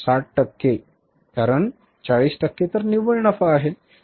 60 टक्के कारण 40 टक्के तर निव्वळ नफा आहे